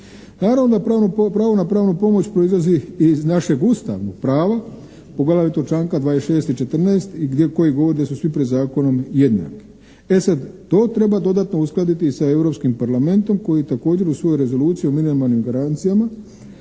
Naravno pravo na pravnu pomoć proizlazi iz našeg ustavnog prava poglavito članka 26. i 14. koji govori da su svi pred zakonom jednaki. E sada to treba dodatno uskladiti i sa Europskim parlamentom koji također u svojoj rezoluciji o minimalnim garancijama